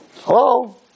Hello